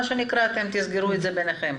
אתם תסגרו את זה ביניכם.